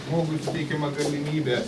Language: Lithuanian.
žmogui suteikiama galimybė